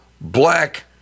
black